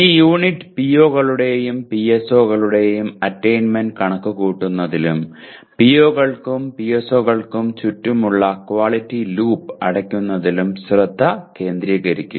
ഈ unit PO കളുടെയും PSO കളുടെയും അറ്റയ്ന്മെന്റ് കണക്കുകൂട്ടുന്നതിലും PO കൾക്കും PSO കൾക്കും ചുറ്റുമുള്ള ക്വാളിറ്റി ലൂപ്പ് അടയ്ക്കുന്നതിലും ശ്രദ്ധ കേന്ദ്രീകരിക്കും